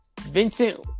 Vincent